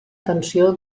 tensió